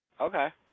Okay